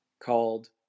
called